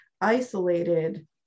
isolated